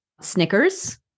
Snickers